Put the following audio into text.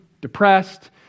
depressed